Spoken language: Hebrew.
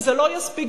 כי זה לא יספיק,